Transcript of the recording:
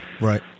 right